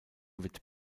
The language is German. wird